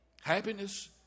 Happiness